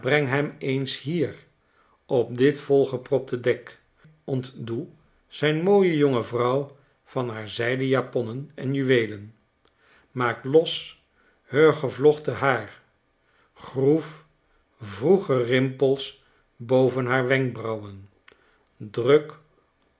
breng hem eens hier op dit volgepropte dek ontdoe zjn mooie jonge vrouw van haar zijden japonnen en juweelen maak los heur gevlochten haar groef vroege rimpels boven haar wenkbrauwen druk